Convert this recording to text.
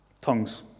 Tongues